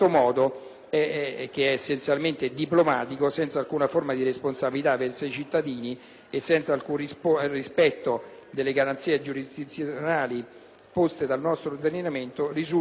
che è essenzialmente diplomatico, senza alcuna forma di responsabilità verso i cittadini e senza alcun rispetto per le garanzie giurisdizionali poste dal nostro ordinamento, risulta